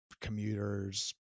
commuters